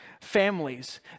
families